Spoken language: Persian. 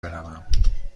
بروم